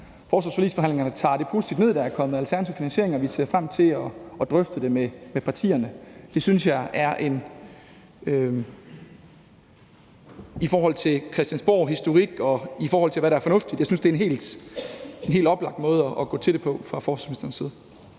forsvarsforligsforhandlingerne tager det positivt ned, at der er kommet en alternativ finansiering, og vi ser frem til at drøfte det med partierne. Det synes jeg, i forhold til hvad der er Christiansborghistorik og hvad der er fornuftigt, er en helt oplagt måde at gå til det på fra forsvarsministerens side.